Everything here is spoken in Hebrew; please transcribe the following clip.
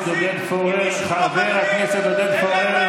חבר הכנסת עודד פורר,